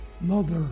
mother